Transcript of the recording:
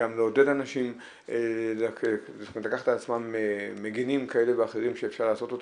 לעודד אנשים לקחת על עצמם מגנים כאלה ואחרים שאפשר לעשות אותם.